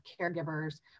caregivers